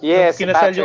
Yes